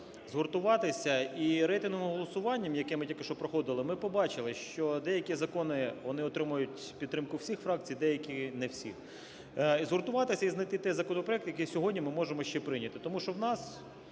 згуртуватися і рейтинговим голосуванням, яке ми тільки проходили, ми побачили, що деякі закони, вони отримують підтримку всіх фракцій, деякі не всіх. Згуртуватися і знайти той законопроект, який сьогодні ми можемо ще прийняти. Тому що у нас,